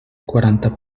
quaranta